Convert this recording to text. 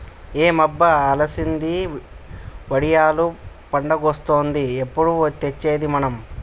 ఏం అబ్బ అలసంది వడియాలు పండగొస్తాంది ఎప్పుడు తెచ్చేది మనం